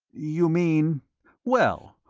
you mean well,